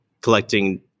collecting